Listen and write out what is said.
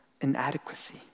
inadequacy